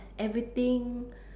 everything